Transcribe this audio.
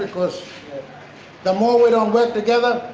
because the more we don't work together,